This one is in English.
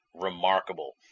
remarkable